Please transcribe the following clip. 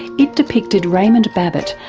it depicted raymond babbitt,